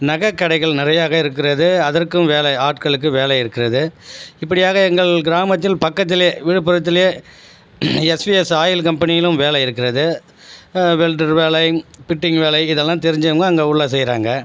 நகை கடைகள் நிறையாக இருக்கிறது அதற்கும் வேலை ஆட்களுக்கு வேலை இருக்கிறது இப்படியாக எங்கள் கிராமத்தில் பக்கத்திலே விழுப்புரத்திலே எஸ்விஎஸ் ஆயில் கம்பெனியிலும் வேலை இருக்கிறது வெல்டர் வேலை பிட்டிங் வேலை இதெல்லாம் தெரிஞ்சவங்க அங்கே உள்ள செய்கிறாங்க